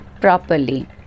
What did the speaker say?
properly